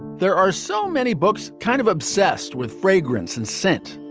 there are so many books kind of obsessed with fragrance and scent.